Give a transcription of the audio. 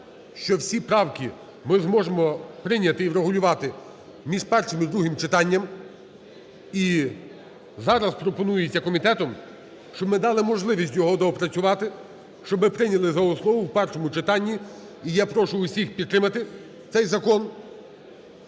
що всі правки ми зможемо прийняти і врегулювати між першим і другим читанням. І зараз пропонується комітетом, щоб ми дали можливість його доопрацювати, щоб ми прийняли за основу в першому читанні. І я прошу всіх підтримати цей закон.